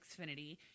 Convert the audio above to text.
Xfinity